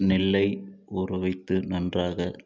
நெல்லை ஊற வைத்து நன்றாக